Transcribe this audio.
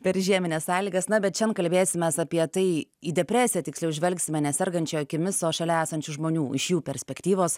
per žiemines sąlygas na bet šian kalbėsimės apie tai į depresiją tiksliau žvelgsime ne sergančio akimis o šalia esančių žmonių iš jų perspektyvos